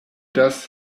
das